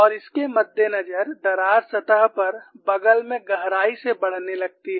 और इसके मद्देनजर दरार सतह पर बग़ल में गहराई से बढ़ने लगती है